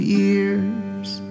years